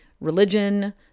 religion